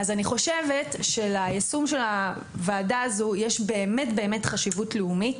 אני חושבת שליישום של הוועדה הזו באמת יש חשיבות לאומית,